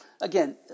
Again